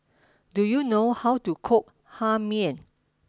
do you know how to cook Hae Mee